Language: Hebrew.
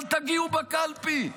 אבל תגיעו בקלפי,